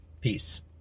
Peace